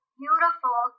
beautiful